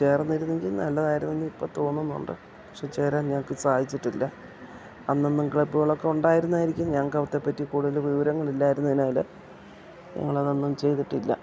ചേർന്നിരുന്നെങ്കിൽ നല്ലതായിരുന്നു എന്ന് ഇപ്പം തോന്നുന്നുണ്ട് പക്ഷെ ചേരാൻ ഞങ്ങൾക്ക് സാധിച്ചിട്ടില്ല അന്നൊന്നും ക്ലബ്ബ്കളൊക്കെ ഉണ്ടായിരുന്നായിരിക്കും ഞങ്ങൾക്കവത്തേപ്പറ്റി കൂടുതൽ വിവരങ്ങളില്ലായിരുന്നതിനാൽ ഞങ്ങളതൊന്നും ചെയ്തിട്ടില്ല